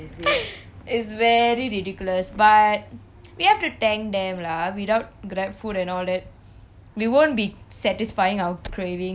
it's very ridiculous but we have to thank them lah without grabfood and all that we we won't be satisfying our cravings right now